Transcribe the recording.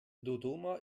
dodoma